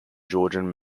georgian